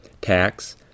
tax